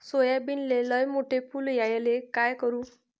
सोयाबीनले लयमोठे फुल यायले काय करू?